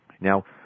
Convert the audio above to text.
Now